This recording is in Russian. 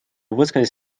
высказать